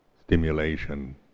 stimulation